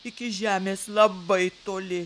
iki žemės labai toli